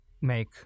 make